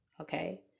Okay